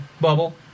bubble